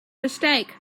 mistake